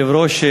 כבוד היושב-ראש,